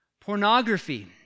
Pornography